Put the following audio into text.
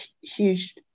huge